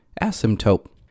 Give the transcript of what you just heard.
Asymptote